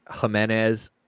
Jimenez